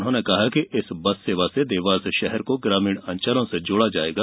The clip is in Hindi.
उन्होंने कहा कि इस बस सेवा से देवास शहर को ग्रामीण अंचलों से जोड़ा जायेगा